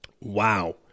wow